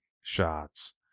shots